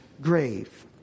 grave